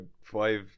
five